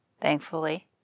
thankfully